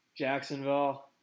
Jacksonville